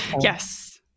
Yes